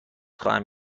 خواهم